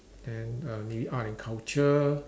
and the art and culture